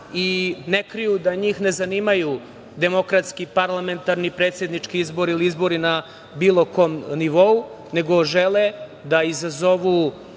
i ne kriju da njih ne zanimaju demokratski, parlamentarni, predsednički izbori ili izbori na bilo kom nivou, nego žele da izazivajući